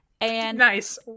Nice